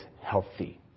healthy